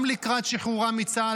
גם לקראת שחרורם מצה"ל,